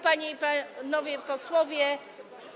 Panie i Panowie Posłowie!